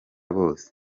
bose